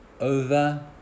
over